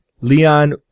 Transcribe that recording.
Leon